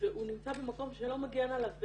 והוא נמצא במקום שלא מגן עליו באמת.